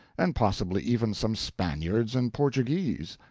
and possibly even some spaniards and portuguese.